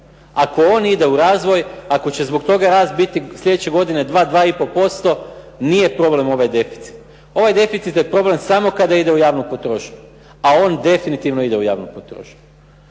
Ako on ide u razvoj, ako će zbog toga rast biti slijedeće godine 2, 2 i po posto nije problem ovaj deficit. Ovaj deficit je problem samo kada ide u javnu potrošnju, a on definitivno ide u javnu potrošnju.